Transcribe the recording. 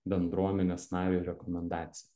bendruomenės nariui rekomendaciją